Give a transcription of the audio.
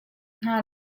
hna